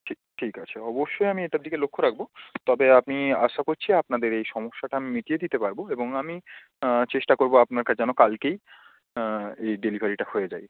ঠিক ঠিক আছে অবশ্যই আমি এটার দিকে লক্ষ্য রাখব তবে আমি আশা করছি আপনাদের এই সমস্যাটা আমি মিটিয়ে দিতে পারব এবং আমি চেষ্টা করব আপনাকে যেন কালকেই এই ডেলিভারিটা হয়ে যায়